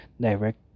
direct